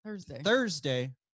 thursday